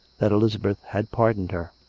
that elizabeth had pardoned her.